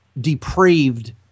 depraved